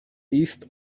east